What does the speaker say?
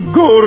go